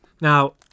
now